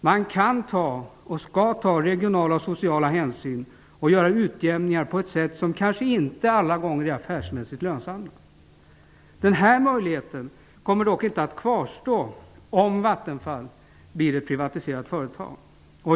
Man kan och skall ta regionala och sociala hänsyn och göra utjämningar som kanske inte alla gånger är affärsmässigt lönsamma. Denna möjlighet kommer dock inte att kvarstå om Vattenfall privatiseras.